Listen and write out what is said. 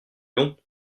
longs